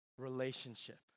Relationship